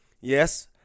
Yes